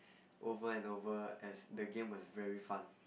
over and over as the game was very fun